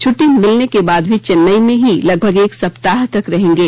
छुट्टी मिलने के बाद भी चेन्नई में ही लगभग एक सप्ताह तक रहेंगे